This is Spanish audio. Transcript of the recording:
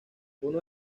uno